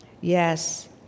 Yes